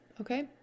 okay